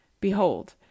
Behold